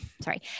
sorry